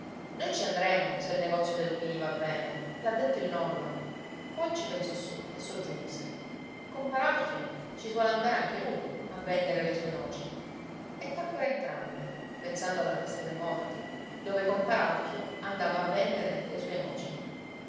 noi ci andremo se il negozio dei lupini va bene l'ha detto il nonno poi ci pensò su e soggiunse compar alfio ci suole andare anche lui a vendere le sue noci e tacquero entrambe pensando alla festa dei morti dove compar alfio andava a vendere le sue noci